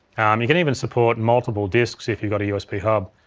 i mean can even support multiple disks if you've got a usb hub.